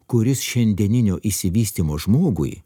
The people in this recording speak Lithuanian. kuris šiandieninio išsivystymo žmogui